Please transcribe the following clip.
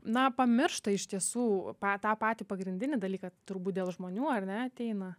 na pamiršta iš tiesų pa tą patį pagrindinį dalyką turbūt dėl žmonių ar ne ateina